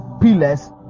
pillars